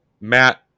Matt